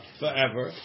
forever